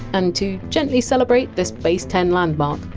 and to gently celebrate this base ten landmark,